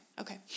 okay